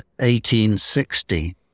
1860